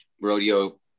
rodeo